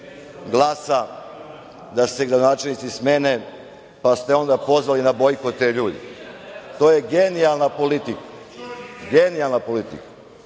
glasa da se gradonačelnici smene, pa ste onda pozvali na bojkot te ljude. To je genijalna politika, genijalna politika. Molim